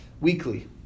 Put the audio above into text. Weekly